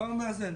כפר מאזן.